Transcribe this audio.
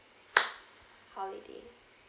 holiday